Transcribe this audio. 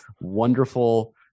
wonderful